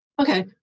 Okay